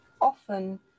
often